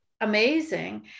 amazing